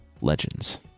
legends